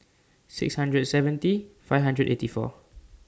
six hundred and seventy five hundred and eighty four